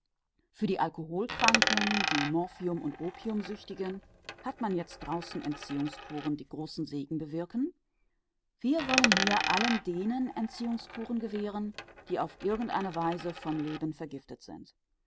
für die alkoholkranken die morphium und opiumsüchtigen hat man jetzt draußen entziehungskuren die großen segen bewirken wir wollen hier allen denen entziehungskuren gewähren die auf irgendeine weise vom leben vergiftet sind